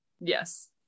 Yes